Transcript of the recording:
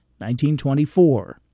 1924